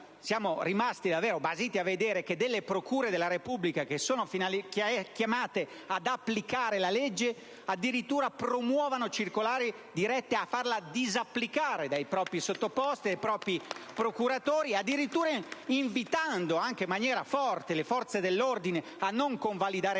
siamo rimasti davvero basiti a vedere che delle procure della Repubblica che sono chiamate ad applicare la legge, addirittura promuovano circolari dirette a farla disapplicare dai propri procuratori *(Applausi dai Gruppi LNP e PdL)*, addirittura invitando, anche in maniera forte, le forze dell'ordine a non convalidare